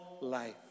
life